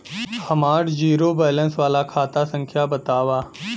हमार zero balance वाला खाता संख्या वतावा?